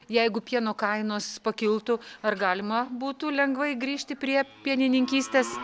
jeigu pieno kainos pakiltų ar galima būtų lengvai grįžti prie pienininkystės